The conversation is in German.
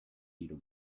guido